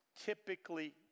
typically